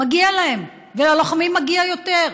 מגיע להם, וללוחמים מגיע יותר.